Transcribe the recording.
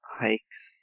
hikes